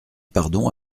pardon